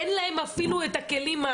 אין להם אפילו את הכלים,